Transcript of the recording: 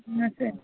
సరే